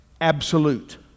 absolute